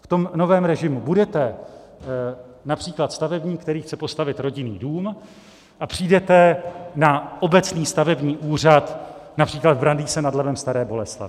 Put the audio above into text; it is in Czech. V tom novém režimu budete například stavebník, který chce postavit rodinný dům, a přijdete na obecný stavební úřad například v Brandýse nad Labem Staré Boleslavi.